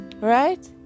right